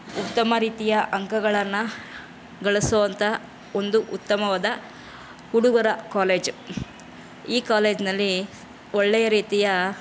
ಉತ್ತಮ ರೀತಿಯ ಅಂಕಗಳನ್ನು ಗಳಿಸೋವಂಥ ಒಂದು ಉತ್ತಮವಾದ ಹುಡುಗರ ಕಾಲೇಜ್ ಈ ಕಾಲೇಜಿನಲ್ಲಿ ಒಳ್ಳೆಯ ರೀತಿಯ